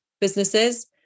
businesses